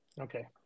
Okay